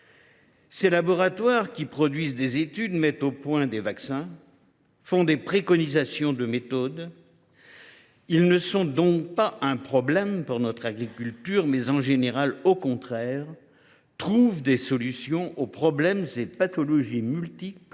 Ces laboratoires produisent des études, mettent au point des vaccins, formulent des préconisations de méthode… Ils ne sont donc pas un problème pour notre agriculture ; au contraire, ils trouvent généralement des solutions aux problèmes et pathologies multiples